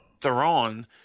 theron